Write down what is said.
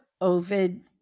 Ovid